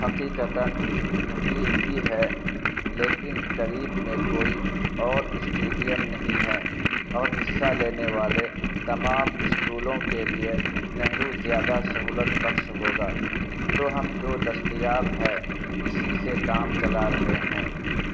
حقیقتاً نہیں ہی ہے لیکن قریب میں کوئی اور اسٹیڈیم نہیں ہیں اور حصہ لینے والے تمام اسکولوں کے لیے نہرو زیادہ سہولت بخش ہوگا تو ہم جو دستیاب ہے اسی سے کام چلا رہے ہیں